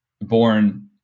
born